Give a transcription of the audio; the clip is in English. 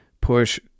push